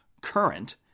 current